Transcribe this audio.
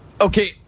Okay